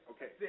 Okay